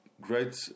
great